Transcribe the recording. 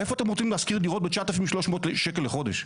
איפה אתם רוצים להשכיר דירות ב-9,300 שקלים לחודש?